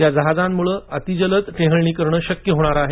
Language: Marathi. या जहाजांमुळं अतिजलद टेहळणी करणं शक्य होणार आहे